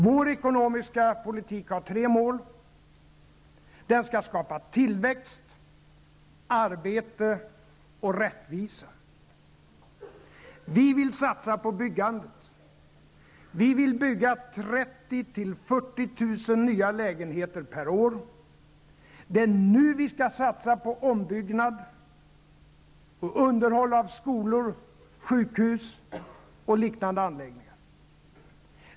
Vår ekonomiska politik har tre mål: den skall skapa tillväxt, arbete och rättvis. Vi vill satsa på byggandet. Vi vill bygga 30 000 40 000 nya lägenheter per år. Det är nu vi skall satsa på ombyggnad och underhåll av skolor, sjukhus och liknande anläggningar.